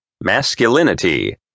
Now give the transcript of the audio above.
masculinity